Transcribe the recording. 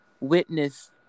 witness